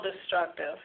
destructive